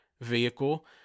vehicle